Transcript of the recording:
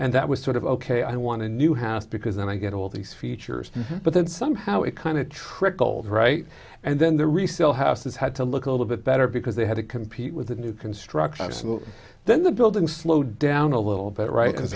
and that was sort of ok i want to new house because then i get all these features but then somehow it kind of trickled right and then the resale houses had to look a little bit better because they had to compete with the new construction absolutely then the building slowed down a little bit right because